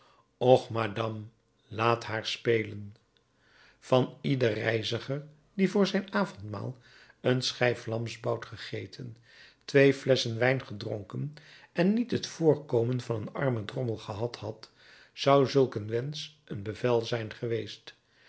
och madame laat haar spelen van ieder reiziger die voor zijn avondmaal een schijf lamsbout gegeten twee flesschen wijn gedronken en niet het voorkomen van een armen drommel gehad had zou zulk een wensch een bevel zijn geweest